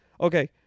Okay